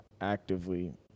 actively